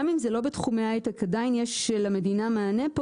גם אם זה לא בתחומי ההייטק עדיין יש למדינה מענה פה